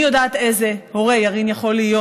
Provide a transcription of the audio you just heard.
אני יודעת איזה הורה ירין יכול להיות,